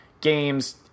games